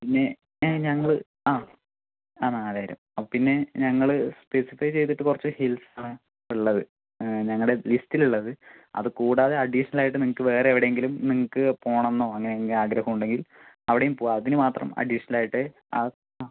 പിന്നെ ഞങ്ങൾ ആ ആ നാലായിരം പിന്നെ ഞങ്ങൾ സ്പെസിഫൈ ചെയ്തിട്ട് കുറച്ച് ഹിൽസ് ആണ് ഉള്ളത് ഞങ്ങളുടെ ലിസ്റ്റിൽ ഉള്ളത് അത് കൂടാതെ അഡീഷണൽ ആയിട്ട് നിങ്ങൾക്ക് വേറെ എവിടെയെങ്കിലും നിങ്ങൾക്ക് പോകണമെന്നോ അങ്ങനെ എങ്കിൽ ആഗ്രഹം ഉണ്ടെങ്കിൽ അവിടെയും പോകാം അതിന് മാത്രം അഡീഷണൽ ആയിട്ട് ആ ആ